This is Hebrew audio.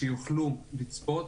שיוכלו לצפות,